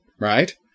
Right